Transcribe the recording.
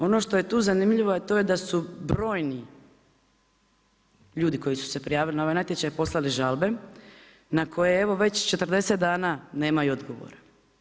Ono što je tu zanimljivo a to je da su brojni ljudi koji su se prijavili na ovaj natječaj poslali žalbe na koje evo već 40 dana nemaju odgovora.